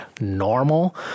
normal